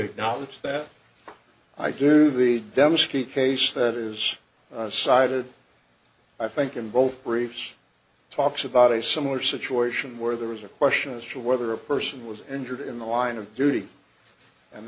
you knowledge that i do the dembski case that is sided i think in both briefs talks about a similar situation where there was a question as to whether a person was injured in the line of duty and